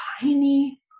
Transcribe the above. tiny